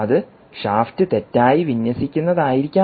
അത് ഷാഫ്റ്റ് തെറ്റായി വിന്യസിക്കുന്നതായിരിക്കാം